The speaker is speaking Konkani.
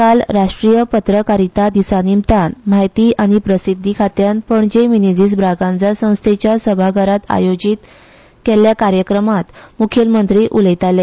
आयज राष्ट्रीय पत्रकारिता दिसा निमतान म्हायती आनी प्रसिध्दी खात्यान पणजे मिनेझिस ब्रागांझा संस्थेच्या सभाघरांत आयोजीत केल्ल्या कार्यक्रमात म्खेलमंत्री उलयताले